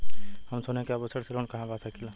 हम सोने के आभूषण से लोन कहा पा सकीला?